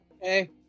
Hey